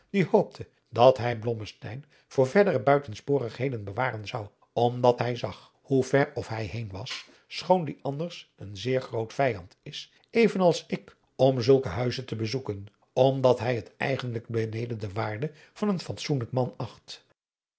die hoopte dat hij blommesteyn voor verdere buitensporigheden bewaren zou omdat hij zag hoe ver of hij heen was schoon die anders een zeer groot vijand is even als ik om zulke huizen te bezoeken omdat hij het eigenlijk beneden de waarde van een fatsoenlijk man acht